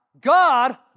God